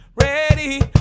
Ready